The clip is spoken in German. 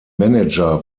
manager